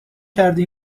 کردی